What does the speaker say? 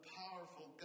powerful